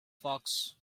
fox